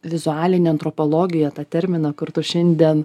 vizualinę antropologiją tą terminą kartu šiandien